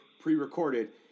pre-recorded